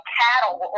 cattle